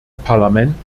parlament